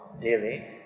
daily